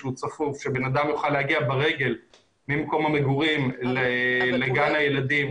שבן אדם יוכל להגיע ברגל ממקום המגורים לגן הילדים,